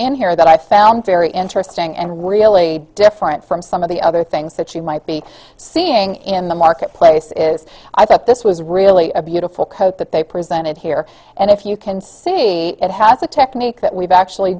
in here that i found very interesting and really different from some of the other things that you might be seeing in the marketplace is i thought this was really a beautiful coat that they presented here and if you can see it has a technique that we've actually